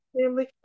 family